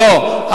לא.